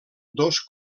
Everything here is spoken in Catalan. dos